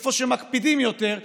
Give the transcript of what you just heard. איפה שמקפידים יותר,